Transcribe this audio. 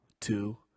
two